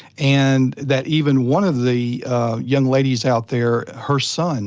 and that even one of the young ladies out there, her son